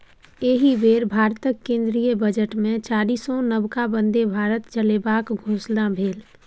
एहि बेर भारतक केंद्रीय बजटमे चारिसौ नबका बन्दे भारत चलेबाक घोषणा भेल